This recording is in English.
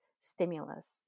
stimulus